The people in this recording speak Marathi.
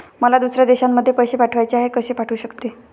मला दुसऱ्या देशामध्ये पैसे पाठवायचे आहेत कसे पाठवू शकते?